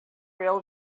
real